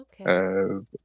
Okay